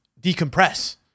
decompress